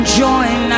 join